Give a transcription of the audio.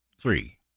Three